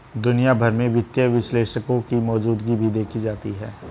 दुनिया भर में वित्तीय विश्लेषकों की मौजूदगी भी देखी जाती है